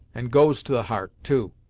and goes to the heart, too.